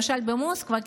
למשל במוסקבה,